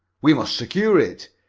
we must secure it.